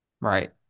Right